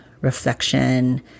reflection